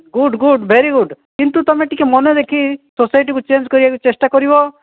good good very good କିନ୍ତୁ ତୁମେ ଟିକିଏ ମନଦେଇକି ସୋସାଇଟିକୁ ଚେଞ୍ଜ୍ କରିବାକୁ ଚେଷ୍ଟା କରିବ